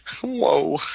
Whoa